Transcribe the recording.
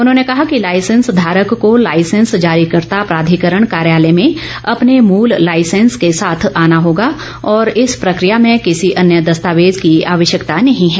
उन्होंने कहा कि लाइसेंस धारक को लाइसेंस जारीकर्ता प्राधिकरण कार्यालय में अपने मूल लाइसेंस के साथ आना होगा और इस प्रक्रिया में किसी अन्य दस्तावेज की आवश्यकता नहीं है